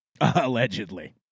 Allegedly